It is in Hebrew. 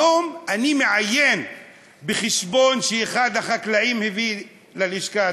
היום אני מעיין בחשבון שאחד החקלאים הביא ללשכה,